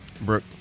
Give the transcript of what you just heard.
Brooke